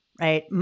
right